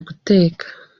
guteka